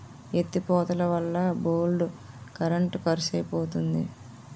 ఎత్తి పోతలవల్ల బోల్డు కరెంట్ కరుసైపోతంది